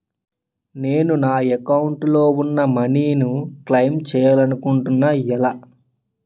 నేను నా యెక్క అకౌంట్ లో ఉన్న మనీ ను క్లైమ్ చేయాలనుకుంటున్నా ఎలా?